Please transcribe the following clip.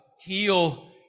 heal